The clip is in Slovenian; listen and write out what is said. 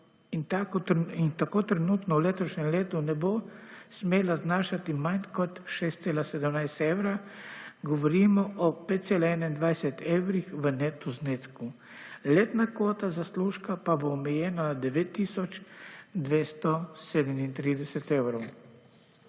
in tako trenutno v letošnjem letu ne bo smela znašati manj kot 6,17 evra, govorimo o 5,21 evrih v neto znesku. Letna kvota zaslužka pa bo omejena na 9.237 evrov.